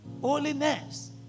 Holiness